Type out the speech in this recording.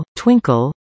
twinkle